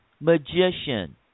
magician